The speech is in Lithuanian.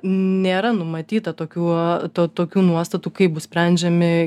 nėra numatyta tokių to tokių nuostatų kaip bus sprendžiami